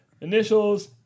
initials